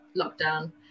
lockdown